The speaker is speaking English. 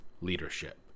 leadership